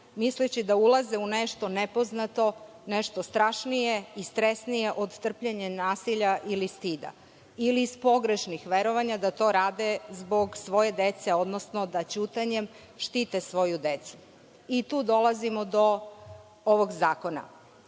misleći da ulaze u nešto nepoznato, nešto strašnije i stresnije od trpljenja nasilja ili stida, ili iz pogrešnih verovanja da to rade zbog svoje dece, odnosno da ćutanjem štite svoju decu. I tu dolazimo do ovog zakona. Do